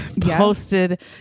posted